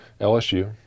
LSU